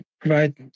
provide